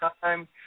time